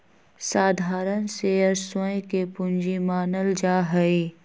साधारण शेयर स्वयं के पूंजी मानल जा हई